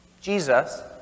Jesus